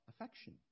affection